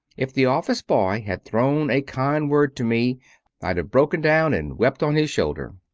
if the office-boy had thrown a kind word to me i'd have broken down and wept on his shoulder.